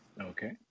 Okay